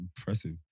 impressive